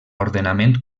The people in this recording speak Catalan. ordenament